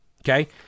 Okay